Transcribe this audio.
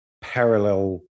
parallel